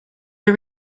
the